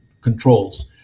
controls